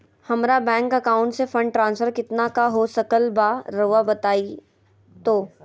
हमरा bank account से fund transfer कितना का हो सकल बा रुआ बताई तो?